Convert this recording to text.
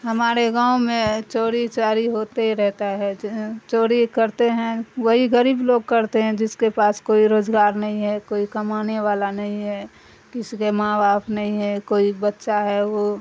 ہمارے گاؤں میں چوری چاری ہوتے رہتا ہے چوری کرتے ہیں وہی گغریب لوگ کرتے ہیں جس کے پاس کوئی روزگار نہیں ہے کوئی کمانے والا نہیں ہے کسی کے ماں باپ نہیں ہے کوئی بچہ ہے وہ